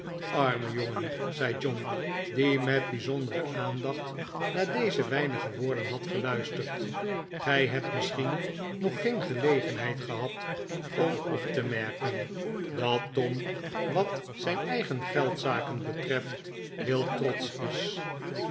arme jongen zei john die met bijzondere aandacht naar deze weinige woorden had geluisterd grj hebt misschien nog geen gelegenheid gehad om op te merken dat tom wat zijn eigen geldzaken betreft heel trotsch is